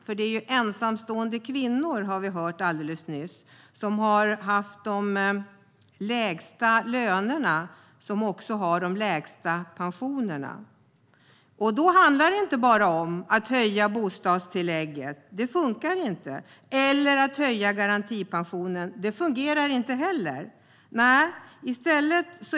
Som vi hörde alldeles nyss är det de ensamstående kvinnor som haft de lägsta lönerna som också har de lägsta pensionerna. Då handlar det inte om att bara höja bostadstillägget, för det fungerar inte, eller att höja garantipensionen, för det fungerar inte heller.